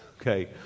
Okay